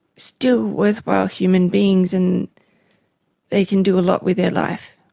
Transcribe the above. still worthwhile human beings and they can do a lot with their life.